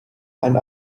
and